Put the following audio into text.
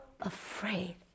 afraid